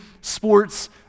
sports